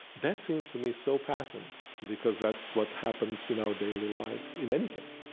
that seemed to me so patent because that's what happens in our daily life in any case